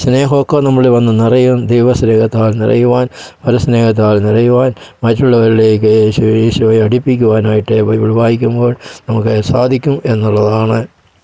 സ്നേഹമൊക്കെ നമ്മളിൽ വന്നു നിറയും ദൈവ സ്നേഹത്താൽ നിറയുവാൻ പര സ്നേഹത്താൽ നിറയുവാൻ മറ്റുള്ളവരിലേക്ക് യേശു ഈശോയേ അടുപ്പിക്കുവാനായിട്ട് ബൈബിൾ വായിക്കുമ്പോൾ നമുക്ക് സാധിക്കും എന്നുള്ളതാണ്